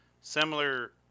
similar